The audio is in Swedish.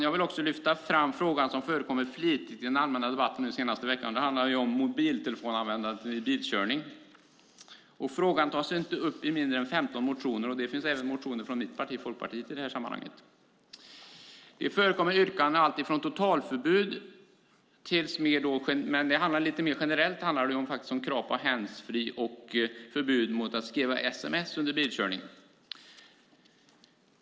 Jag vill också lyfta fram den fråga som förekommit flitigt i den allmänna debatten under den senaste veckan. Det handlar om biltelefonanvändandet vid bilkörning. Frågan tas upp i inte mindre än 15 motioner. Det finns även motioner från mitt parti, Folkpartiet, i det här sammanhanget. Det förekommer yrkanden om totalförbud, men lite mer generellt handlar det om krav på handsfree och förbud mot att skriva sms under bilkörning.